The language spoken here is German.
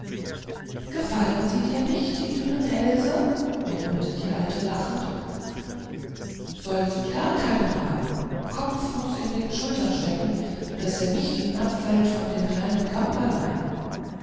gefallen sie dir nicht die dünnen hälse murmelte die alte lachend sollst gar keinen haben kopf muß in den schultern stecken daß er nicht herabfällt vom kleinen